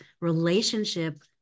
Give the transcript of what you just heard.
relationship